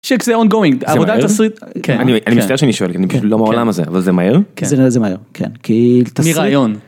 זה אונגווינג עבודה תסריט. אני מצטער שאני שואל כי אני פשוט לא מהעולם הזה, אבל זה מהר? זה מהר, כן, כי תסריט